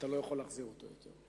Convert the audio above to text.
אתה לא יכול להחזיר אותו יותר.